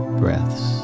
breaths